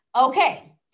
Okay